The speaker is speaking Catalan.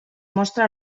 mostra